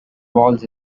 voles